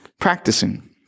practicing